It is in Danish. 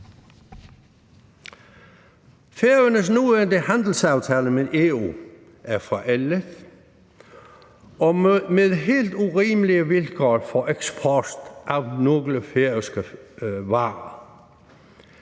Færøernes nuværende handelsaftale med EU er forældet og med helt urimelige vilkår for eksport af nogle færøske varer.